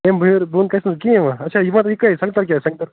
اَمہِ ہیٛوٚر بۄن گَژھِ نہٕ حظ کِہیٖنٛۍ وۅنۍ اچھا یہِ ون یہِ کٔے سنٛگتر کیٛاہ سنٛگتر